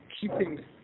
Keeping